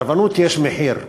לסרבנות יש מחיר,